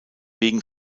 wegen